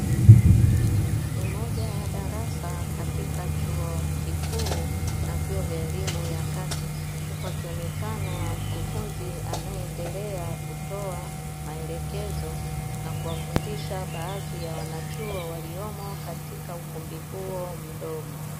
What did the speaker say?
Ni moja ya darasa katika chuo kikuu na vyuo vya elimu ya kati, huku akionekana mkufunzi anaendelea kutoa maelekezo na kuwafundisha baadhi ya wanachuo waliomo katika ukumbi huo mdogo.